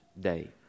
day